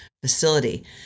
facility